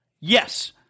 yes